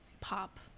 pop